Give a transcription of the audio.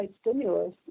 stimulus